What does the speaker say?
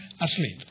asleep